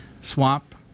swap